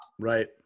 Right